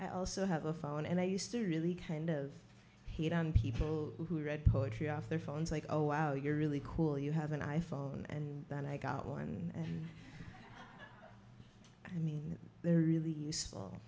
i also have a phone and i used to really kind of heat on people who read poetry off their phones like oh wow you're really cool you have an i phone and then i got one i mean they're really useful